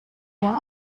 nur